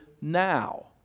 now